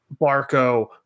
Barco